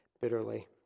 bitterly